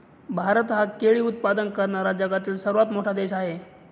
भारत हा केळी उत्पादन करणारा जगातील सर्वात मोठा देश आहे